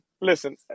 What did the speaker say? listen